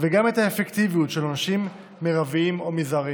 וגם את האפקטיביות של עונשים מרביים או מזעריים.